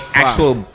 actual